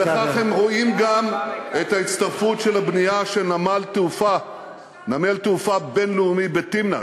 והם רואים גם את ההצטרפות של הבנייה של נמל תעופה בין-לאומי בתמנע.